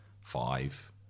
five